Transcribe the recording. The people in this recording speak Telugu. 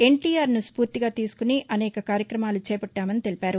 ఎన్టీఆర్ను స్ఫూర్తిగా తీసుకుని అనేక కార్యక్రమాలు చేపట్టామని తెలిపారు